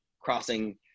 crossing